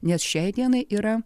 nes šiai dienai yra